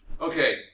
Okay